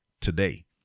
today